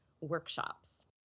workshops